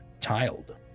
child